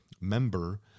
member